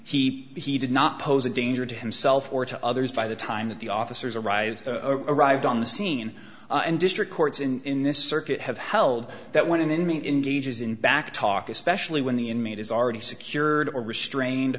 he he did not pose a danger to himself or to others by the time that the officers arrived arrived on the scene and district courts in this circuit have held that when an inmate engages in backtalk especially when the inmate is already secured or restrained